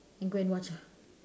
you go and watch ah